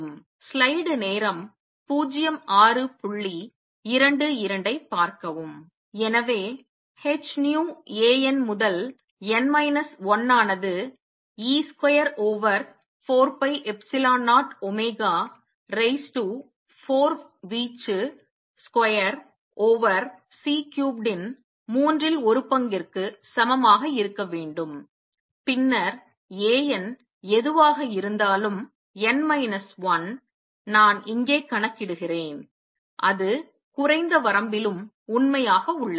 எனவே h nu A n முதல் n minus 1 ஆனது e square over 4 pi epsilon 0 omega raise to 4 வீச்சு square over C cubed இன் மூன்றில் ஒரு பங்கிற்கு சமமாக இருக்க வேண்டும் பின்னர் a n எதுவாக இருந்தாலும் n மைனஸ் 1 நான் இங்கே கணக்கிடுகிறேன் அது குறைந்த வரம்பிலும் உண்மையாக உள்ளது